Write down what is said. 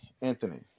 Anthony